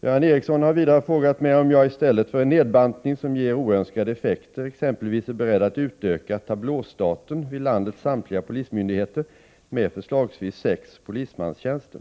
Göran Ericsson har vidare frågat mig om jag i stället för en nedbantning som ger oönskade effekter exempelvis är beredd att utöka tablåstaten vid landets samtliga polismyndigheter med förslagsvis sex polismanstjänster.